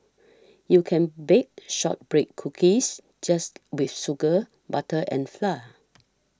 you can bake Shortbread Cookies just with sugar butter and flour